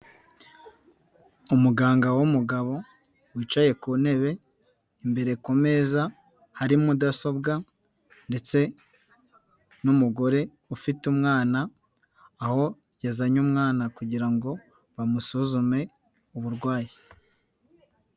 Umuganga w'umugabo wicaye ku ntebe, imbere ku meza hari mudasobwa ndetse n'umugore ufite umwana, aho yazanye umwana kugira ngo bamusuzume uburwayi.